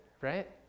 right